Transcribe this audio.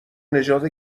نژاد